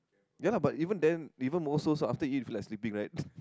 ya lah but even then even more so so after eat you feel like sleeping right